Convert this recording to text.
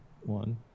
one